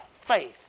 faith